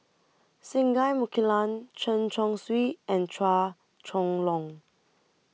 Singai Mukilan Chen Chong Swee and Chua Chong Long